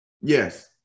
Yes